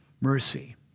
mercy